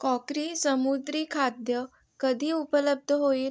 crockery समुद्री खाद्य कधी उपलब्ध होईल